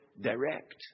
direct